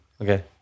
Okay